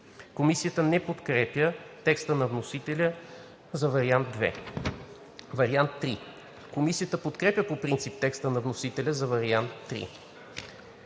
Комисията не подкрепя текста на вносителя за вариант II. Вариант III. Комисията подкрепя по принцип текста на вносителя за вариант